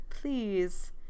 please